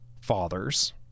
fathers